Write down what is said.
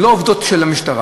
הן לא עובדות של המשטרה,